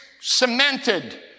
cemented